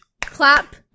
clap